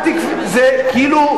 כאילו,